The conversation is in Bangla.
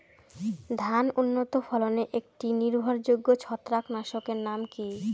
ধান উন্নত ফলনে একটি নির্ভরযোগ্য ছত্রাকনাশক এর নাম কি?